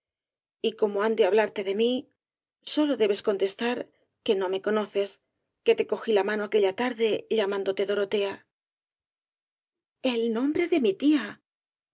y como han de hablarte de mí sólo debes contestar que no me conoces que te cogí la mano aquella tarde llamándote dorotea el nombre de mi tía